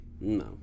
No